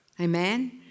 Amen